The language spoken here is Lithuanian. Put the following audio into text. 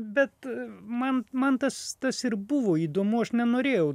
bet man man tas tas ir buvo įdomu aš nenorėjau